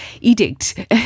edict